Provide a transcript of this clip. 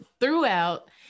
throughout